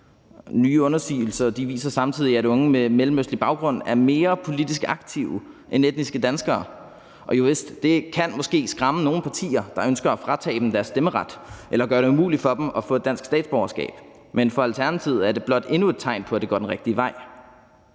Nye undersøgelser viser samtidig, at unge med mellemøstlig baggrund er mere politisk aktive end etniske danskere, og det kan jovist måske skræmme nogle partier, der ønsker at fratage dem deres stemmeret eller gøre det umuligt for dem at få et dansk statsborgerskab, men for Alternativet er det blot endnu et tegn på, at det går den rigtige vej.